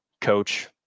coach